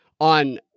on